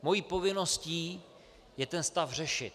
Mou povinností je ten stav řešit.